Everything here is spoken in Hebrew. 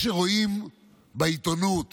מה שרואים בעיתונות